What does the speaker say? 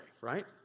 right